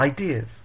ideas